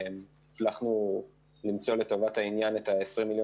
הצלחנו למצוא לטובת העניין את ה-20 מיליון